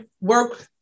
work